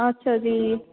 ਅੱਛਾ ਜੀ